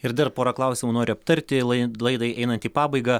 ir dar porą klausimų noriu aptarti lai laidai einant į pabaigą